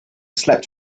slept